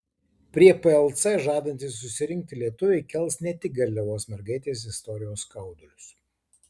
prie plc žadantys susirinkti lietuviai kels ne tik garliavos mergaitės istorijos skaudulius